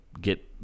get